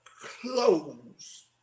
close